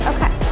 Okay